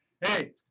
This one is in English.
Hey